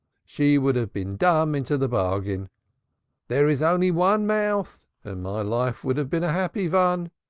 she would have been dumb into the bargain there is only one mouth and my life would have been a happy one.